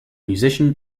musician